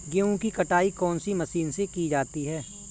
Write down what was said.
गेहूँ की कटाई कौनसी मशीन से की जाती है?